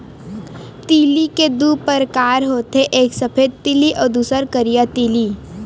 तिली के दू परकार होथे एक सफेद तिली अउ दूसर करिया तिली